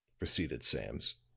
proceeded sams,